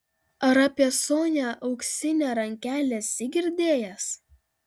ar apie sonią auksinę rankelę esi girdėjęs